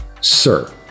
Sir